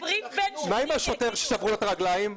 מה עם השוטר ששברו לו את הרגליים?